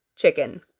chicken